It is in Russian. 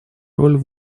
роль